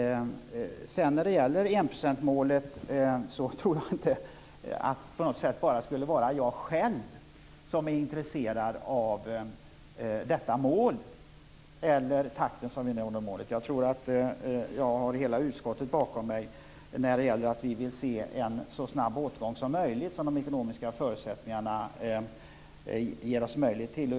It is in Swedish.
Jag tror inte att det bara är jag själv som är intresserad av enprocentsmålet eller av takten för att nå det målet. Jag tror att jag har hela utskottet med mig när jag säger att vi vill se en så snabb återgång som möjligt, dvs. så snabbt som de ekonomiska förutsättningarna ger oss möjlighet till.